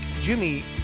Jimmy